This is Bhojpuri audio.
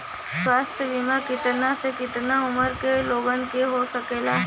स्वास्थ्य बीमा कितना से कितना उमर के लोगन के हो सकेला?